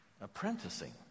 apprenticing